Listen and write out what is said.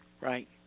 Right